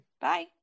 Bye